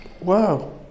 wow